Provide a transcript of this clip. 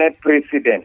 president